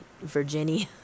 Virginia